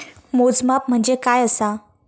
मोजमाप म्हणजे काय असा?